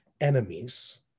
enemies